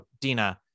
Dina